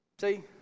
See